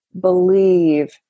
believe